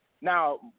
Now